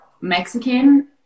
Mexican